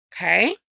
Okay